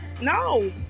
No